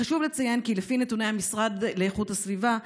חשוב לציין כי לפי נתוני המשרד לאיכות הסביבה,